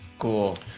cool